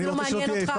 זה לא מעניין אותך.